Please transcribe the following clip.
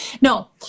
No